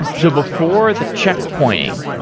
and so before the check pointing,